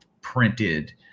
printed